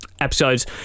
episodes